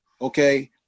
okay